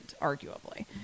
arguably